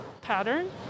pattern